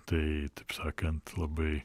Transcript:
tai taip sakant labai